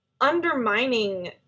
undermining